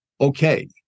okay